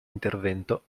intervento